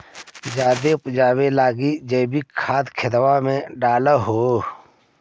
जायदे उपजाबे लगी जैवीक खाद खेतबा मे डाल हो?